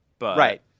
Right